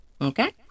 Okay